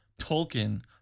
tolkien